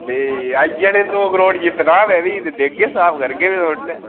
ते आई जाने दो करोड़ जित्तना मैं बी ते देगे स्हाब करगे फ्ही थोआढ़े नै